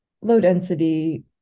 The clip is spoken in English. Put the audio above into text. low-density